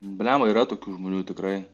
blemba yra tokių žmonių tikrai